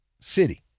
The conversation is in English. City